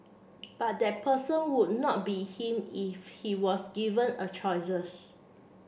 but that person would not be him if he was given a choices